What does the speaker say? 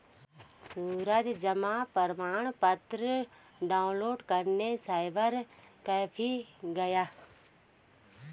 सूरज जमा प्रमाण पत्र डाउनलोड करने साइबर कैफे गया